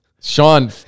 Sean